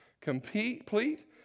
complete